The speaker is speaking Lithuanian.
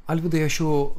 alvydai aš jau